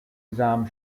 exam